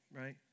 Right